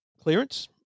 clearance